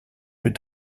plus